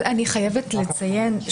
אני רוצה להבין.